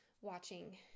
watching